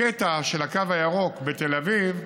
הקטע של הקו הירוק בתל אביב,